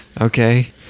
Okay